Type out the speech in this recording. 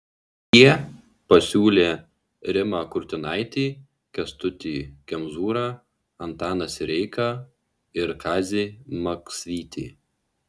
jie pasiūlė rimą kurtinaitį kęstutį kemzūrą antaną sireiką ir kazį maksvytį